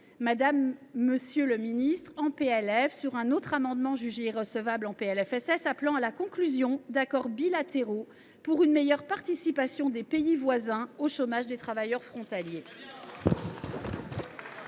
de loi de finances au travers d’un amendement, jugé irrecevable en PLFSS, visant à la conclusion d’accords bilatéraux pour une meilleure participation des pays voisins au chômage des travailleurs frontaliers.